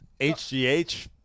HGH